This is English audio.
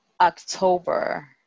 october